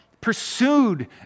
pursued